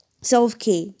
self-care